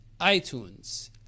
iTunes